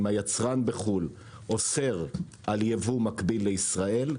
אם היצרן בחו"ל אוסר על ייבוא מקביל לישראל,